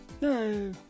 No